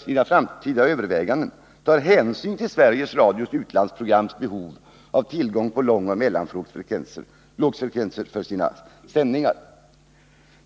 sina framtida överväganden tar hänsyn till Sveriges Radios utlandsprograms behov av tillgång till långoch mellanvågsfrekvenser för sina sändningar.